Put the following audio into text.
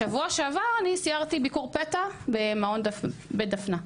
בשבוע שעבר אני סיירתי סיור פתע במעון "בית דפנה".